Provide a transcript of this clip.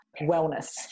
wellness